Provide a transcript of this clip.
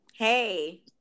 Hey